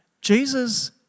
Jesus